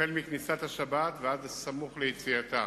מכניסת השבת ועד סמוך ליציאתה.